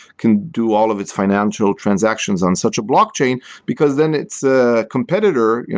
can do all of its financial transactions on such a blockchain, because then its ah competitor, yeah